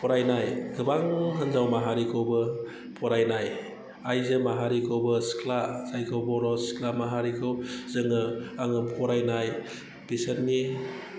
फरायनाय गोबां हिनजाव माहारिखौबो फरायनाय आइजो माहारिखौबो सिख्ला जायखौ बर' सिख्ला माहारिखौ जोङो आङो फरायनाय बिसोरनि